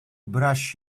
brush